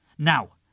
Now